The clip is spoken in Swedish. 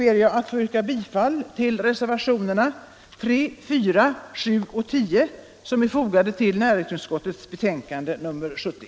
Jag yrkar bifall till reservationerna 3, 4, 7 och 10 som fogats till näringsutskottets betänkande nr 70.